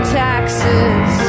taxes